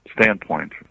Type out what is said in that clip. standpoint